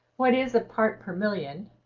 what is a part per million?